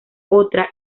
otra